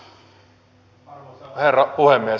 arvoisa herra puhemies